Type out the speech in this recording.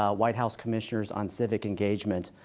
ah white house commissioners on civic engagement.